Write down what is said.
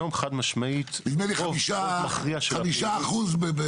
היום חד משמעית רוב מכריע של המבנים --- נדמה לי 5% בפריפריה.